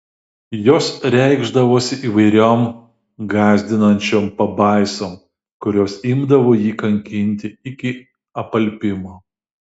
jos reikšdavosi įvairiom gąsdinančiom pabaisom kurios imdavo jį kankinti iki apalpimo